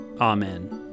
Amen